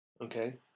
Okay